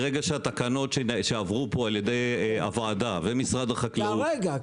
ברגע שהתקנות שעברו פה על ידי הוועדה ומשרד החקלאות -- כרגע,